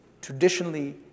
traditionally